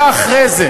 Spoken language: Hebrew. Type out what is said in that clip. אתה יודע את זה.